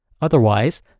Otherwise